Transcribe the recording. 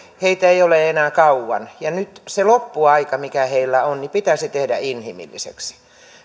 heitä ei ole enää kauan ja nyt se loppuaika mikä heillä on pitäisi tehdä inhimilliseksi